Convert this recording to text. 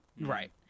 Right